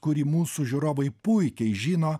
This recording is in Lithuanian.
kurį mūsų žiūrovai puikiai žino